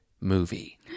movie